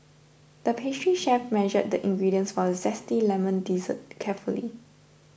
the pastry chef measured the ingredients for a Zesty Lemon Dessert carefully